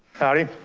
howdy.